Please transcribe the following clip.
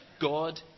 God